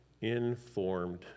informed